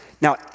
Now